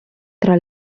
tra